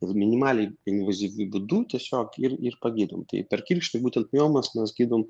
ir minimaliai invazyviu būdu tiesiog ir ir pagydom tai per kirkšnį būtent miomas mes gydom